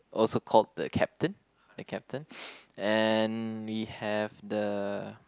also called the captain the captain and we have the